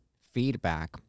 feedback